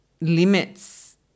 limits